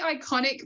iconic